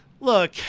look